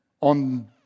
on